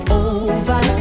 over